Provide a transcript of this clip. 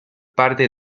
parte